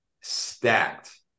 stacked